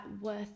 worth